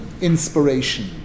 inspiration